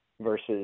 versus